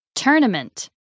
Tournament